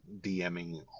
DMing